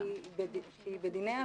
כי בדיני השותפות,